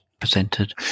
presented